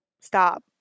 stop